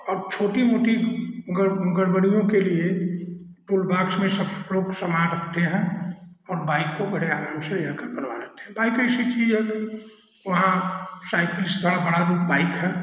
और छोटी मोटी गड़ गड़बड़ियों के लिए टूल बाक्स में सब लोग सामान रखते हैं और बाइक को बड़े आराम से लेजाकर बनवा लेते हैं बाइक ऐसी चीज है वहाँ साइकिल से थोड़ा बड़ा वो बाइक है